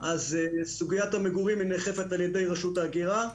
סוגיית המגורים נאכפת על ידי רשות ההגירה.